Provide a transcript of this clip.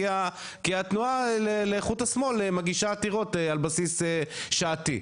כי התנועה לאיכות השמאל מגישה עתירות על בסיס שעתי,